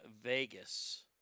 Vegas